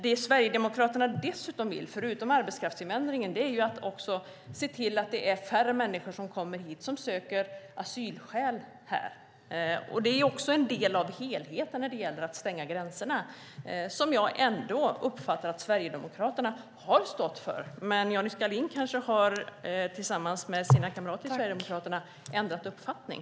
Det Sverigedemokraterna dessutom vill - förutom arbetskraftsinvandringen - är att se till att färre människor kommer hit och söker asyl. Det är också en del av helheten när det gäller att stänga gränserna, som jag uppfattar att Sverigedemokraterna har stått för. Men Johnny Skalin har kanske, tillsammans med sina kamrater i Sverigedemokraterna, ändrat uppfattning.